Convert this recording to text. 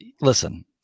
Listen